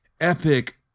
epic